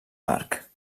marc